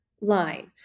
line